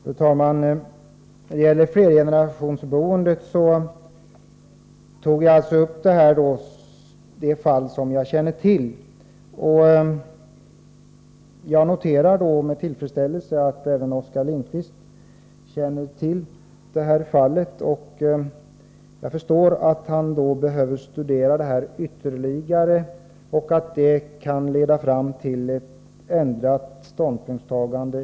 Fru talman! När det gäller flergenerationsboendet tog jag upp det fall som jag kände till, och jag noterar med tillfredsställelse att även Oskar Lindkvist känner till detta fall. Jag förstår att han behöver studera fallet ytterligare, och att det kan leda fram till ett ändrat ståndpunktstagande.